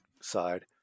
side